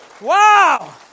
Wow